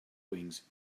wings